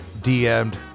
DM'd